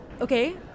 okay